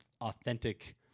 authentic